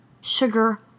Sugar